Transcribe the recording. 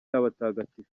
abatagatifu